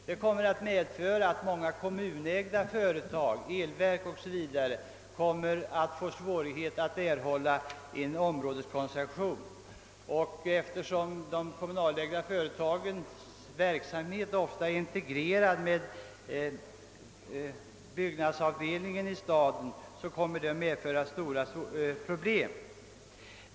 Detta kommer att medföra att många kommunalägda företag, elverk 0. s. v., kommer att få svårt att erhålla områdeskoncession. Eftersom de kommunalägda företagens verksamhet ofta är integrerad med byggnadsavdelningen i staden kommer stora problem att uppstå.